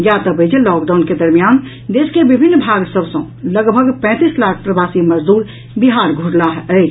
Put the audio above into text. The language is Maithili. ज्ञातव्य अछि जे लॉकडाउन के दरमियान देश के विभिन्न भाग सभ सँ लगभग पैंतीस लाख प्रवासी मजदूर बिहार घुरलाह अछि